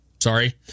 Sorry